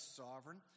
sovereign